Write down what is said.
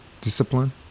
discipline